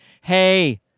Hey